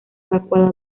evacuada